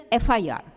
FIR